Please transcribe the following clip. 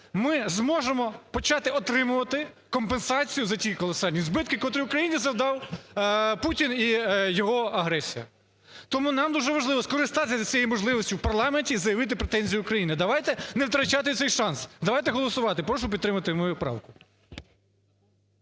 ми зможемо почати отримувати компенсацію за ті колосальні збитки, котрі Україні завдав Путін і його агресія. Тому нам дуже важливо скористатися цією можливістю в парламенті: заявити претензію України. Давайте не втрачати цей шанс, давайте голосувати. Прошу підтримати мою правку.